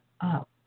up